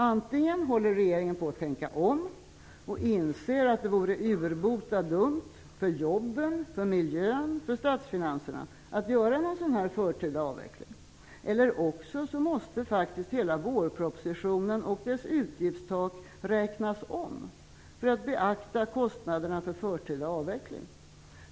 Antingen håller regeringen på att tänka om och inser att det vore urbota dumt för jobben, för miljön och för statsfinanserna att göra någon förtida avveckling, eller också måste faktiskt hela vårpropositionen och dess utgiftstak räknas om för att beakta kostnaderna för förtida avveckling.